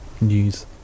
News